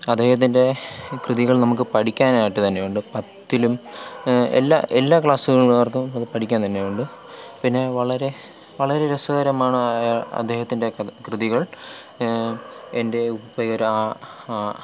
അദ്ദേഹത്തിൻ്റെ കൃതികൾ നമുക്ക് പഠിക്കാനായിട്ട് തന്നെ ഉണ്ട് പത്തിലും എല്ലാ എല്ലാ ക്ലാസ്സിലുള്ളവർക്കും അത് പഠിക്കാൻ തന്നെ ഉണ്ട് പിന്നെ വളരെ വളരെ രസകരമാണ് അദ്ദേഹത്തിൻ്റെ കൃതികൾ എൻ്റെ ഉപ്പയൊരാ ആ